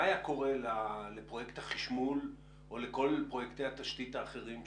מה היה קורה לפרויקט החישמול או לכל פרויקטי התשתית האחרים,